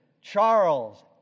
Charles